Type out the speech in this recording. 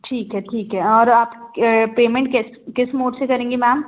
ठीक है ठीक है और आप पेमेंट कैस किस मोड़ से करेंगी मैम